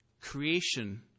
Creation